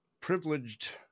privileged